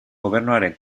gobernuaren